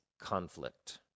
conflict